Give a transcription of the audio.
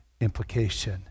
implication